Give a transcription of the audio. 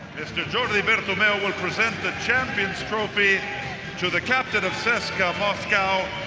mr jordi bertomeu will present the champions trophy to the captain of cska moscow,